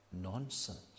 nonsense